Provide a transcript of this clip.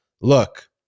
look